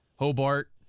Hobart